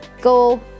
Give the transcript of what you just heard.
go